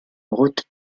route